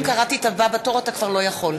אם קראתי את הבא בתור, אתה כבר לא יכול.